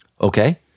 Okay